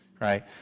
right